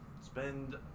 spend